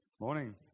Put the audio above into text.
Morning